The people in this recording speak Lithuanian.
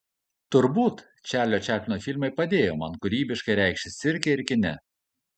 turbūt čarlio čaplino filmai padėjo man kūrybiškai reikštis cirke ir kine